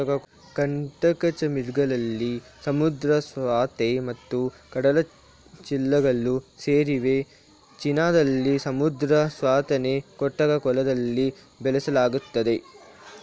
ಕಂಟಕಚರ್ಮಿಗಳಲ್ಲಿ ಸಮುದ್ರ ಸೌತೆ ಮತ್ತು ಕಡಲಚಿಳ್ಳೆಗಳು ಸೇರಿವೆ ಚೀನಾದಲ್ಲಿ ಸಮುದ್ರ ಸೌತೆನ ಕೃತಕ ಕೊಳದಲ್ಲಿ ಬೆಳೆಸಲಾಗ್ತದೆ